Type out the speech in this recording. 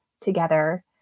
together